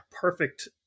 perfect